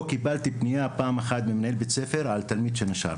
קיבלתי פנייה אחת ממנהל בית ספר על תלמיד שנשר.